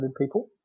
people